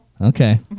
Okay